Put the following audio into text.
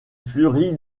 fleurit